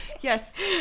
yes